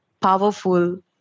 powerful